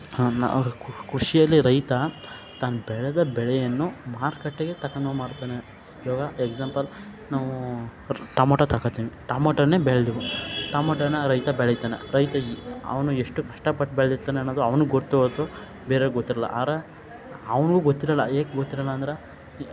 ನಾವು ಖುಷಿಯಲ್ಲಿ ರೈತ ತಾನು ಬೆಳೆದ ಬೆಳೆಯನ್ನು ಮಾರುಕಟ್ಟೆಗೆ ತಕ್ಕಂದೋಗ್ ಮಾಡ್ತಾನೆ ಇವಾಗ ಎಕ್ಸಾಂಪಲ್ ನಾವು ಟೊಮೊಟೊ ತಕತೀನಿ ಟಮಾಟೊನೇ ಬೆಳೆದ್ವು ಟಮಾಟೊನಾ ರೈತ ಬೆಳಿತಾನೆ ರೈತ ಅವನು ಎಷ್ಟು ಕಷ್ಟಪಟ್ಟು ಬೆಳಿತಾನೆ ಅನ್ನೋದು ಅವ್ನಿಗ್ ಗೊತ್ತು ಹೊರ್ತು ಅದು ಬೇರೋರ್ಗೆ ಗೊತ್ತಿರಲ್ಲ ಆರೆ ಅವನ್ಗೂ ಗೊತ್ತಿರಲ್ಲ ಏಕೆ ಗೊತ್ತಿರಲ್ಲ ಅಂದರೆ